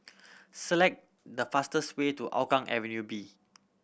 select the fastest way to Hougang Avenue B